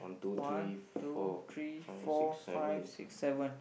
one two three four five six seven